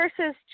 versus